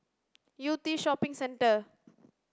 Yew Tee Shopping Centre